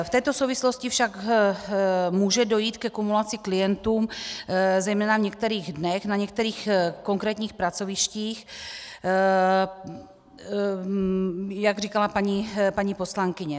V této souvislosti však může dojít ke kumulaci klientů zejména v některých dnech na některých konkrétních pracovištích, jak říkala paní poslankyně.